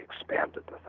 expanded